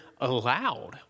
allowed